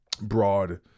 broad